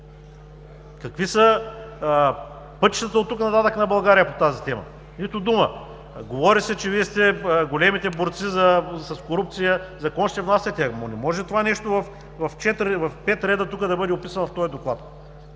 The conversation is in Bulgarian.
Какви са пътищата оттук нататък на България по тази тема? Нито дума! Говори се, че Вие сте големите борци с корупция, закон ще внасяте. Не може това нещо в четири-пет реда тук да бъде описано в този доклад.